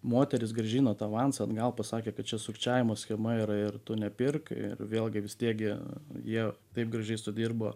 moteris grąžino tą avansą atgal pasakė kad čia sukčiavimo schema yra ir tu nepirk ir vėlgi vis tiek gi jie taip gražiai sudirbo